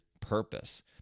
purpose